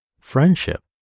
friendship